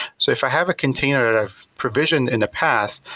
so if i have a container that i've provisioned in the past,